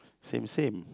same same